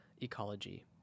ecology